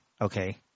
okay